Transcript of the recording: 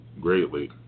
greatly